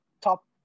top